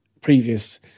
previous